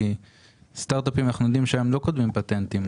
כי סטארט אפים אנחנו יודעים שהם לא כותבים פטנטים.